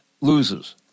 loses